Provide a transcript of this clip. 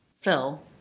Phil